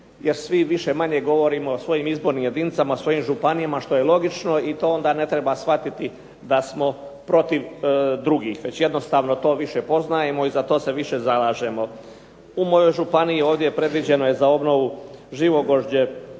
jer svi više-manje govorimo o svojim izbornim jedinicama, svojim županijama što je logično i to onda ne treba shvatiti da smo protiv drugih već jednostavno to više poznajemo i za to se više zalažemo. U mojoj županiji ovdje predviđeno je za obnovu Živogvožđe,